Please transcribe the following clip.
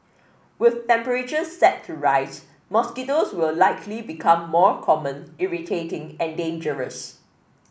with temperatures set to rise mosquitoes will likely become more common irritating and dangerous